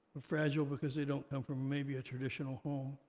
fragile because they don't come from maybe a traditional home,